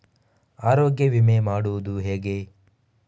ಆರೋಗ್ಯ ವಿಮೆ ಮಾಡುವುದು ಹೇಗೆ?